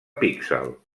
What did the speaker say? píxel